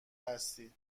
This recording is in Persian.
هستی